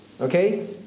Okay